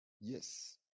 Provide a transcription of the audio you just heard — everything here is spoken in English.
Yes